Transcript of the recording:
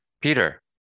Peter